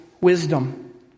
wisdom